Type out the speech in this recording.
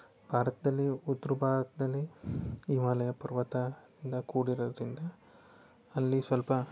ಭಾರತದಲ್ಲಿ ಉತ್ತರ ಭಾರತದಲ್ಲಿ ಹಿಮಾಲಯ ಪರ್ವತದಿಂದ ಕೂಡಿರೋದರಿಂದ ಅಲ್ಲಿ ಸ್ವಲ್ಪ